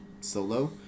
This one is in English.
Solo